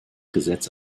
gesetz